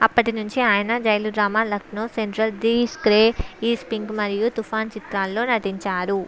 అప్పటి నుంచి ఆయన jail drama Lucknow central the sky is pink మరియు తుఫాన్ చిత్రాల్లో నటించారు